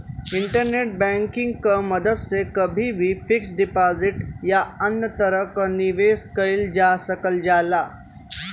internet banking क मदद से कभी भी फिक्स्ड डिपाजिट या अन्य तरह क निवेश कइल जा सकल जाला